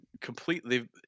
completely